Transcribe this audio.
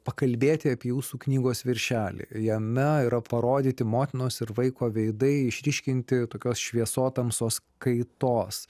pakalbėti apie jūsų knygos viršelį jame yra parodyti motinos ir vaiko veidai išryškinti tokios šviesotamsos kaitos